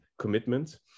commitment